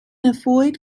avoid